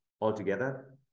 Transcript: altogether